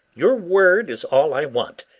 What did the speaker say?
your word is all i want.